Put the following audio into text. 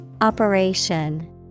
Operation